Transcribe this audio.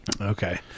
Okay